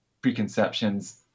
preconceptions